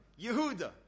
Yehuda